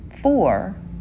Four